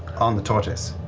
on the tortoise.